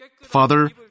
Father